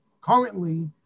currently